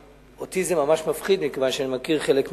אותי זה ממש מפחיד, כיוון שאני מכיר חלק מהעניין.